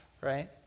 right